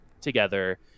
together